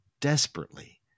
desperately